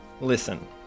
Listen